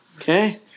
Okay